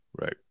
Right